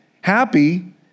Happy